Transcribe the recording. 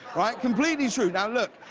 right? completely true. now look,